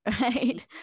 right